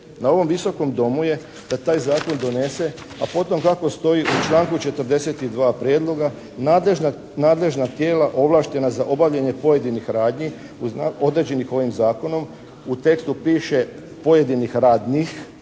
Na ovom Visokom domu je da taj Zakon donese, a potom kako stoji u članku 42. Prijedloga nadležna tijela ovlaštena za obavljanje pojedinih radnji podređenih ovim Zakonom u tekstu piše "pojedinih radnjih",